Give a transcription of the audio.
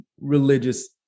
religious